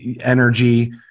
energy